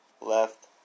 left